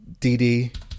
dd